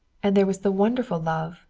and there was the wonderful love,